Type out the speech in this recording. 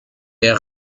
est